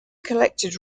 collected